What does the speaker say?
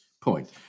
point